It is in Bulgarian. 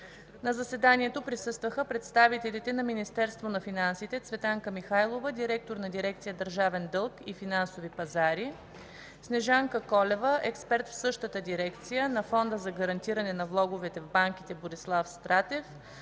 На заседанието присъстваха представителите на Министерство на финансите: Цветанка Михайлова – директор на дирекция „Държавен дълг и финансови пазари”, и Снежанка Колева – експерт в същата дирекция; на Фонда за гарантиране на влоговете в банките: Борислав Стратев